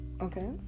Okay